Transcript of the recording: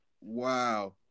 Wow